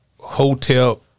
Hotel